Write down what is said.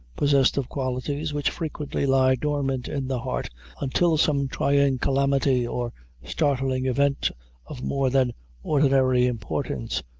possessed of qualities which frequently lie dormant in the heart until some trying calamity or startling event of more than ordinary importance,